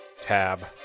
tab